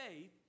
faith